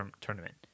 tournament